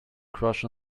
crush